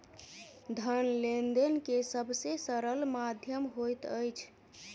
धन लेन देन के सब से सरल माध्यम होइत अछि